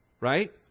Right